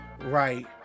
right